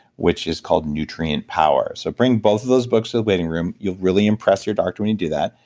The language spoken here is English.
which is called nutrient power so, bring both of those books to the waiting room, you'll really impress your doctor when you do that.